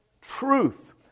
truth